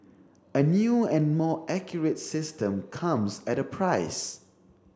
a new and more accurate system comes at a price